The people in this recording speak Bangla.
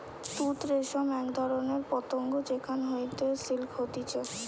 তুত রেশম এক ধরণের পতঙ্গ যেখান হইতে সিল্ক হতিছে